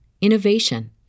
innovation